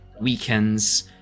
weekends